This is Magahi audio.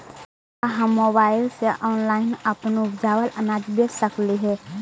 का हम मोबाईल से ऑनलाइन अपन उपजावल अनाज बेच सकली हे?